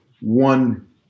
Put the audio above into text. one